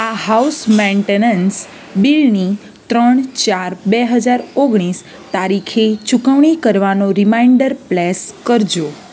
આ house maintenance બિલની ત્રણ ચાર બે હજાર ઓગણીસ તારીખે ચૂકવણી કરવાનો રીમાઈન્ડર પ્લેસ કરજો